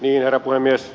herra puhemies